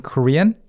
Korean